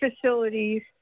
facilities